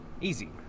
Easy